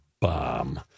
bomb